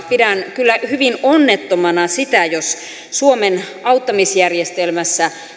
pidän kyllä hyvin onnettomana sitä jos suomen auttamisjärjestelmässä